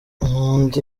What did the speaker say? nkunda